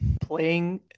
playing